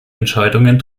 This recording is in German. entscheidungen